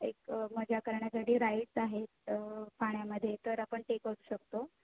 एक मजा करण्यासाठी राईट्स आहेत पाण्यामध्ये तर आपण ते करू शकतो